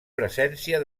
presència